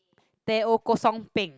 teh O kosong peng